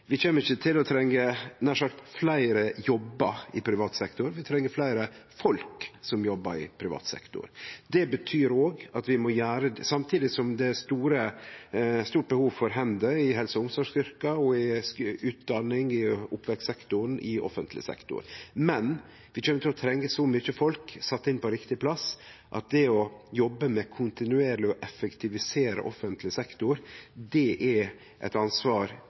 vi ikkje kjem til å trenge fleire jobbar i privat sektor; vi treng fleire folk som jobbar i privat sektor, samtidig som det er eit stort behov for hender i helse- og omsorgsyrka, i utdanning, i oppvekstsektoren og i offentleg sektor. Vi kjem til å trenge så mykje folk satt inn på riktig plass at det å jobbe med kontinuerleg å effektivisere offentleg sektor er eit ansvar